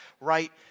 right